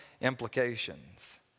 implications